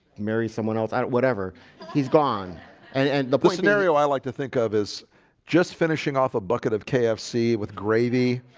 marry, someone else out whatever he's gone and and the scenario i like to think of is just finishing off a bucket of kfc with gravy